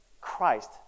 Christ